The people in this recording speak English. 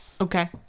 Okay